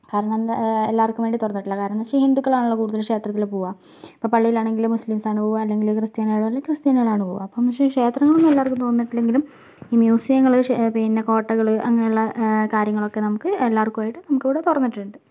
കാരണം ആ എല്ലാവർക്കും വേണ്ടീ തുറന്നിട്ടില്ല കാരണം എന്ന് വെച്ചാൽ ഹിന്ദുക്കളാണല്ലോ കൂടുതൽ ക്ഷേത്രത്തില് പോകുക ഇപ്പോൾ പള്ളിയിലാണെങ്കിലും മുസ്ലിംസാണ് പോവുക അല്ലെങ്കിൽ ക്രിസ്താനികളുടെ പള്ളിൽ ക്രിസ്താനികളാണ് പോവുക അപ്പോൾ ക്ഷേത്രങ്ങളൊന്നും എല്ലാവർക്കും തുറന്നിട്ടില്ലെങ്കിലും ഈ മ്യൂസിയങ്ങൾ അ പിന്നെ കോട്ടകൾ അങ്ങനെയുള്ള കാര്യങ്ങളൊക്കെ നമുക്ക് എല്ലാവർക്കുമായിട്ട് നമുക്ക് ഇവിടെ തുറന്നിട്ടുണ്ട്